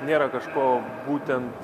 nėra kažko būtent